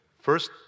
First